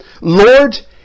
Lord